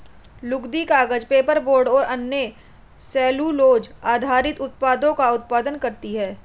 लुगदी, कागज, पेपरबोर्ड और अन्य सेलूलोज़ आधारित उत्पादों का उत्पादन करती हैं